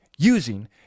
Using